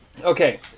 Okay